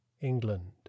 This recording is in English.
england